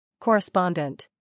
Correspondent